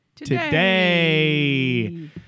today